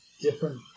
different